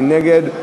מי נגד?